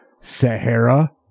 Sahara